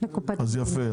יפה.